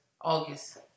August